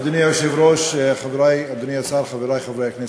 אדוני היושב-ראש, אדוני השר, חברי חברי הכנסת,